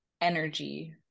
energy